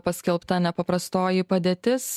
paskelbta nepaprastoji padėtis